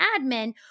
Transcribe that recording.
admin